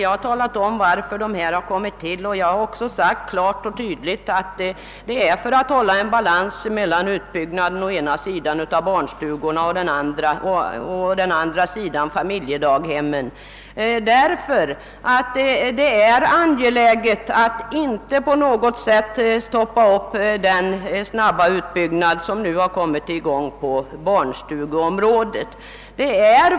Jag har klart och tydligt påpekat att de har kommit till för att hålla en balans mellan å ena sidan utbyggnaden av barnstugor och å andra sidan inrättandet av familjedaghem, eftersom det är angeläget att inte på något sätt stoppa upp den snabba utbyggnad som nu kommit i gång på barnstugeområdet.